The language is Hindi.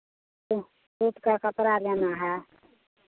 सूट सूट का कपड़ा लेना है